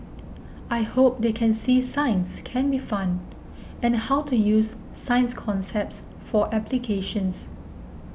I hope they can see science can be fun and how to use science concepts for applications